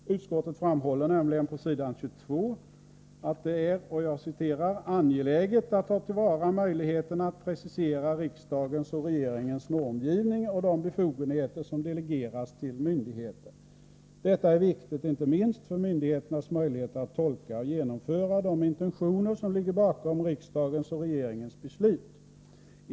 Utskottet framhåller nämligen på s. 22 att det är ”angeläget att ta till vara möjligheterna att precisera riksdagens och regeringens normgivning och de befogenheter som delegeras till myndigheter. Detta är viktigt inte minst för myndigheternas möjligheter att tolka och genomföra de intentioner som ligger bakom riksdagens och regeringens beslut.